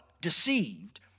deceived